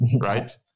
Right